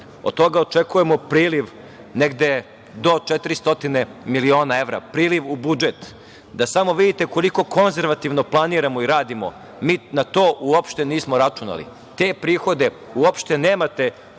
Od toga očekujemo priliv negde do 400 miliona evra, priliv u budžet, da samo vidite koliko konzervativno planiramo i radimo, mi na to uopšte nismo računali. Te prihode uopšte nemate